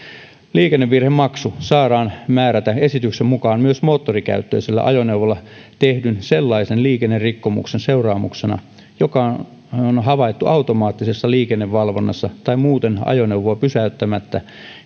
liikennevirhemaksu saadaan määrätä esityksen mukaan myös moottorikäyttöisellä ajoneuvolla tehdyn sellaisen liikennerikkomuksen seuraamuksena joka on havaittu automaattisessa liikennevalvonnassa tai muuten ajoneuvoa pysäyttämättä